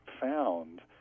found